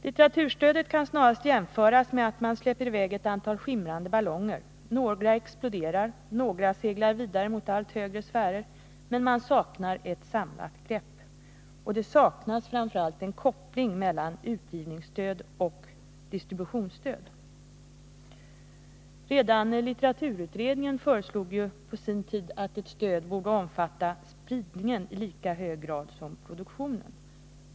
Litteraturstödet kan snarast jämföras med att man släpper i väg ett antal skimrande ballonger — några exploderar, några 8 seglar vidare mot allt högre sfärer — men ett samlat grepp saknas. Och det saknas framför allt en koppling mellan utgivningsstöd och distributionsstöd. Redan litteraturutredningen föreslog på sin tid att ett stöd borde omfatta spridningen i lika hög grad som produktionen.